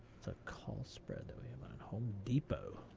it's a call spread that we have on home depot.